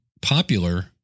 popular